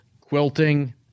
quilting